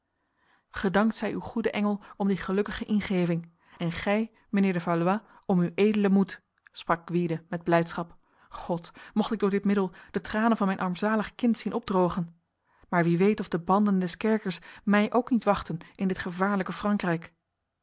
gedankt zij uw goede engel om die gelukkige ingeving en gij meneer de valois om uw edele moed sprak gwyde met blijdschap god mocht ik door dit middel de tranen van mijn armzalig kind zien opdrogen maar wie weet of de banden des kerkers mij ook niet wachten in dit gevaarlijke frankrijk